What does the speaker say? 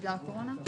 בגלל הקורונה?